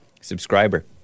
subscriber